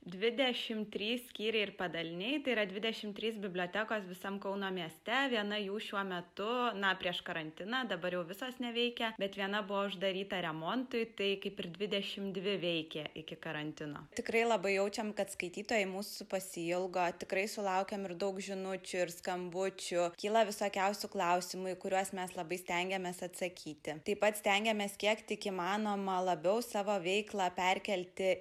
dvidešim trys skyriai ir padaliniai tai yra dvidešim trys bibliotekos visam kauno mieste viena jų šiuo metu na prieš karantiną dabar jau visos neveikia bet viena buvo uždaryta remontui tai kaip ir dvidešim dvi veikė iki karantino tikrai labai jaučiam kad skaitytojai mūsų pasiilgo tikrai sulaukiam ir daug žinučių ir skambučių kyla visokiausių klausimų į kuriuos mes labai stengiamės atsakyti taip pat stengiamės kiek tik įmanoma labiau savo veiklą perkelti